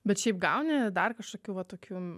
bet šiaip gauni dar kažkokių va tokių